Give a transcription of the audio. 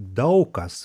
daug kas